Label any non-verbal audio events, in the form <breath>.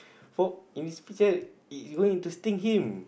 <breath> from in this picture is going to sting him